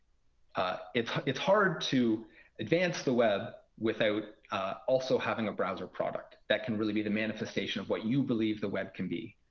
ah it's it's hard to advance the web without also having a browser product that can really be the manifestation of what you believe the web can be.